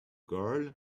girl